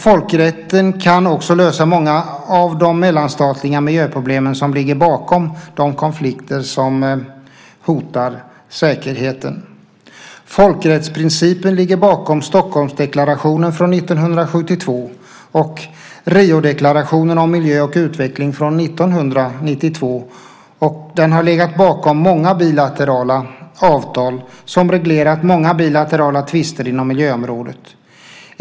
Folkrätten kan också lösa många av de mellanstatliga miljöproblem som ligger bakom de konflikter som hotar säkerheten. Folkrättsprincipen ligger bakom Stockholmsdeklarationen från 1972 och Riodeklarationen om miljö och utveckling från 1992. Den har legat bakom många bilaterala avtal som reglerat många bilaterala tvister inom miljöområdet.